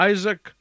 Isaac